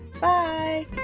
Bye